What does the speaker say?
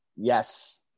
yes